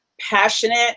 passionate